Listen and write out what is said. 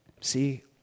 See